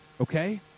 okay